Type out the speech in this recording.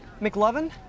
McLovin